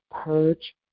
purge